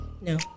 No